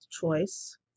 choice